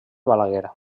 balaguer